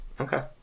Okay